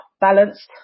balanced